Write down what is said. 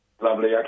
Lovely